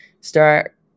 start